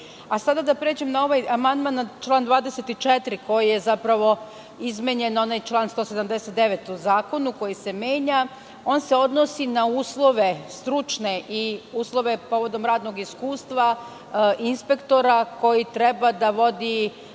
da pređem na ovaj amandman na član 24. koji je zapravo izmenjen onaj član 179. u zakonu, koji se menja. On se odnosi na uslove stručne i uslove povodom radnog iskustva inspektora koji treba da vodi